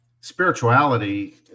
Spirituality